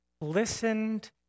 listened